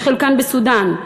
וחלקן בסודאן.